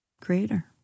creator